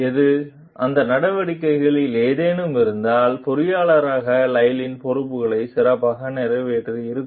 எது அந்த நடவடிக்கைகளில் ஏதேனும் இருந்தால் பொறியியலாளராக லைலின் பொறுப்புகளை சிறப்பாக நிறைவேற்றியிருக்கும்